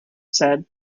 said